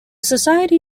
society